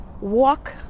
walk